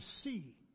see